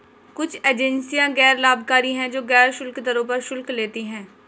कुछ एजेंसियां गैर लाभकारी हैं, जो गैर शुल्क दरों पर शुल्क लेती हैं